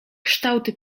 kształty